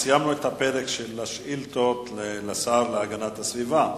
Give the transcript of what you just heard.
סיימנו את הפרק של השאילתות לשר להגנת הסביבה.